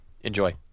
Enjoy